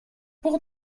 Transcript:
pour